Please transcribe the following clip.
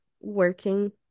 working